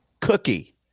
cookie